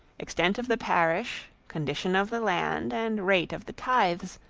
extent of the parish, condition of the land, and rate of the tithes,